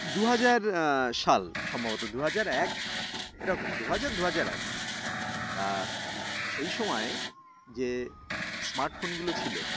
দু হাজার সাল সম্ভবত দু হাজার এক এরকম দু হাজার দু হাজার এক সেই সময়ে যে স্মার্টফোনগুলো ছিলো